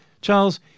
Charles